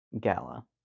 Gala